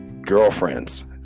girlfriends